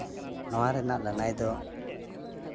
ᱱᱚᱣᱟ ᱨᱮᱱᱟᱜ ᱞᱟᱹᱱᱟᱹᱭ ᱫᱚ